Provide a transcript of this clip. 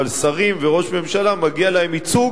אבל שרים וראש ממשלה מגיע להם ייצוג